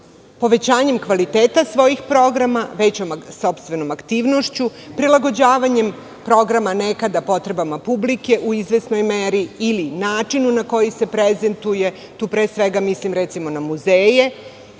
povećanjem kvaliteta svojih programa, većom sopstvenom aktivnošću, prilagođavanjem programa nekada potrebama publike u izvesnoj meri ili načinu na koji se prezentuje, tu pre svega mislim na muzeje,